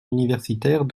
universitaires